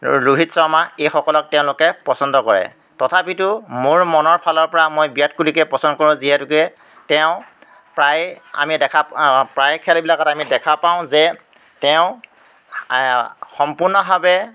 ৰোহিত শৰ্মা এইসকলক তেওঁলোকে পচন্দ কৰে তথাপিতো মোৰ মনৰ ফালৰপৰা মই বিৰাট কোহলিকে পচন্দ কৰোঁ যিহেতুকে তেওঁ প্ৰায়ে আমি দেখা প্ৰায় খেলবিলাকত আমি দেখা পাওঁ যে তেওঁ সম্পূৰ্ণভাৱে